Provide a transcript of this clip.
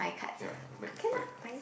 ya max five cards